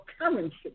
currency